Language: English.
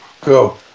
Go